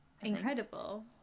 Incredible